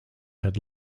had